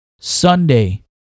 Sunday